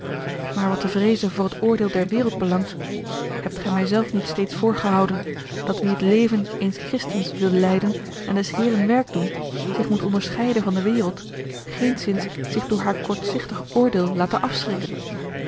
maar wat de vreeze voor het oordeel der wereld belangt hebt gij mij zelf niet steeds voorgehouden dat wie het leven eens christens wil leiden en des heeren werk doen zich moet onderscheiden van de wereld geenszins zich door haar kortzichtig oordeel laten afschrikken